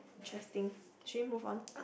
interesting should we move on